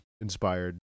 inspired